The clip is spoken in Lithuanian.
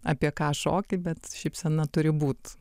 apie ką šoki bet šypsena turi būt